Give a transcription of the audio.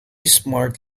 smart